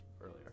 earlier